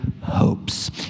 hopes